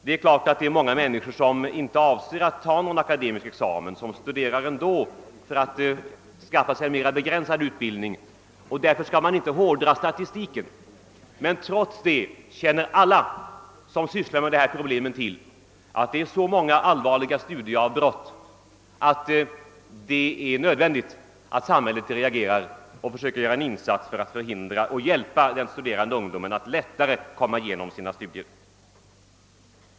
Det är klart att många människor som läser vid universitet inte avser att ta någon akademisk examen utan studerar för att skaffa sig en mer begränsad utbildning. Men alla som sysslar med dessa problem vet att det förekommer så många studieavbrott, att det är nödvändigt att samhället reagerar och försöker göra en insats för att hjälpa den studerande ungdomen att lättare komma igenom sina studier.